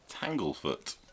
Tanglefoot